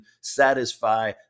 satisfy